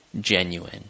genuine